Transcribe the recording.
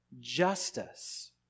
justice